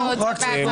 לא.